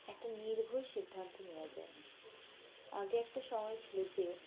একটা নির্ভুল সিদ্ধান্ত নেওয়া যায় আগে একটা সময় ছিল যে